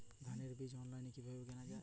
ধানের বীজ অনলাইনে কিভাবে কেনা যায়?